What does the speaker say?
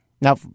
Now